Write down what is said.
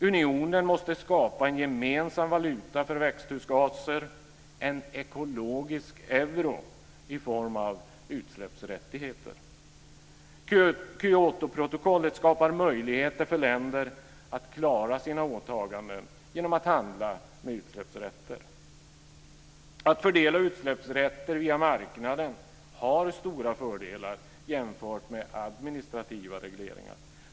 Unionen måste skapa en gemensam valuta för växthusgaser, en ekologisk euro, i form av utsläppsrättigheter. Kyotoprotokollet skapar möjligheter för länder att klara sina åtaganden genom att handla med utsläppsrätter. Att fördela utsläppsrätter via marknaden har stora fördelar jämfört med administrativa regleringar.